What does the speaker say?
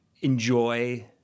enjoy